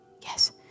Yes